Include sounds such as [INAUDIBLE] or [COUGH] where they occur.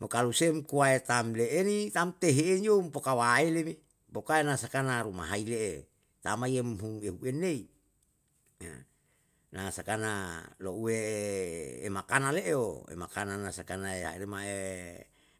Mo kalu seng kuae tam le eri, tam tehe eiyo poka waele lepoakai na saka na ruma lai le'e, tamai yem pung yeu en ne, [HESITATION] na saka nalouwe emakana le'eo, emakana le'e yo, makana na sakana